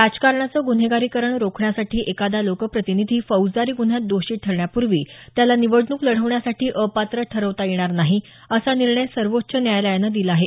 राजकारणाचं गुन्हेगारीकरण रोखण्यासाठी एखादा लोकप्रतिनिधी फौजदारी गुन्ह्यात दोषी ठरण्यापूर्वी त्याला निवडणूक लढवण्यासाठी अपात्र ठरवता येणार नाही असा निर्णय सर्वोच्च न्यायालयानं दिला आहे